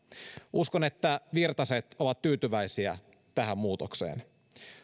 uskon että virtaset ovat tyytyväisiä tähän muutokseen